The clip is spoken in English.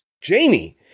Jamie